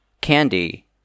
candy